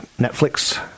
Netflix